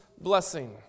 blessing